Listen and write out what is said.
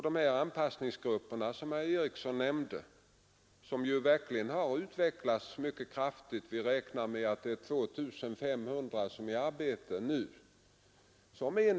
De anpassningsgrupper herr Eriksson nämnde har verkligen utvecklats mycket kraftigt. Vi räknar med att 2 500 personer nu är i arbete.